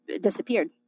disappeared